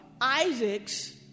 isaac's